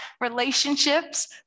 Relationships